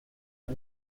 are